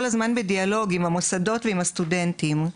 הזמן בדיאלוג עם המוסדות ועם הסטודנטים.